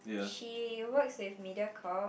she works with Mediacorp